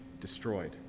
destroyed